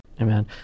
Amen